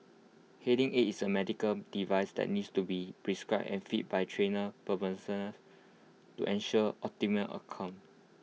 hearing aid is A medical device that needs to be prescribed and fitted by trained to ensure optimum outcome